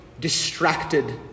distracted